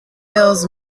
kills